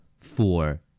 Four